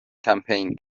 کمپین